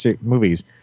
movies